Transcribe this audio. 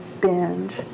binge